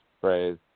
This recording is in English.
phrase